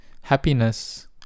Happiness